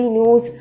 News